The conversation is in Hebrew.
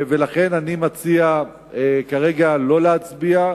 ולכן אני מציע כרגע לא להצביע,